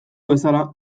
bezala